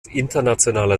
internationaler